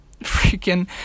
freaking